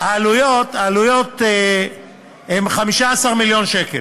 העלויות הן 15 מיליון שקל